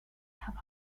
have